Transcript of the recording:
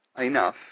enough